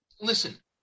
Listen